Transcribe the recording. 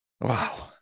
wow